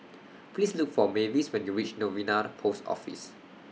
Please Look For Mavis when YOU REACH Novena Post Office